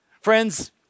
Friends